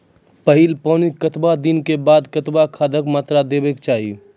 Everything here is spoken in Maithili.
पहिल पानिक कतबा दिनऽक बाद कतबा खादक मात्रा देबाक चाही?